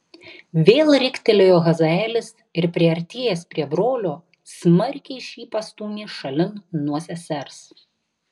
vėl riktelėjo hazaelis ir priartėjęs prie brolio smarkiai šį pastūmė šalin nuo sesers